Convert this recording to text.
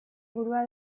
burua